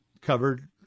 covered